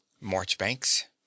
marchbanks